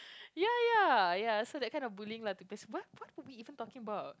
ya ya ya so that kind of bullying lah tapi what what we even talking about